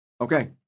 Okay